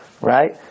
Right